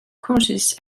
courses